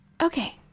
Okay